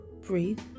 Breathe